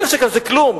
זה כלום,